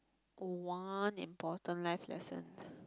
one important life lesson